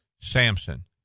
Samson